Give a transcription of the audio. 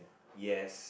yes